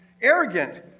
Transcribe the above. arrogant